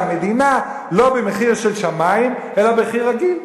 מדינה לא במחיר של שמים אלא במחיר רגיל.